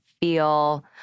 feel